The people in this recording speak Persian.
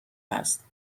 هست